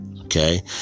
Okay